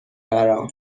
برام